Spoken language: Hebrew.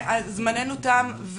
זמננו תם.